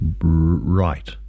Right